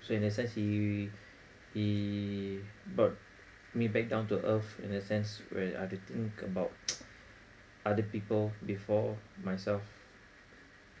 so in a sense he he brought me back down to earth in a sense where I could think about other people before myself